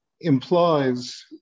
implies